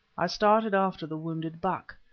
i started after the wounded buck.